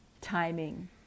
timing